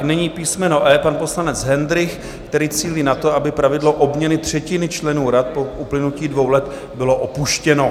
Nyní písmeno E, pan poslanec Hendrych, který cílí na to, aby pravidlo obměny třetiny členů rad po uplynutí dvou let bylo opuštěno.